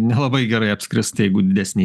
nelabai gerai apskrist jeigu didesni